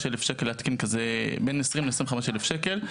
להתקין דבר כזה זה בין 20 ל-25 אלף שקל.